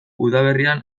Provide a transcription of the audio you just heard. udaberrian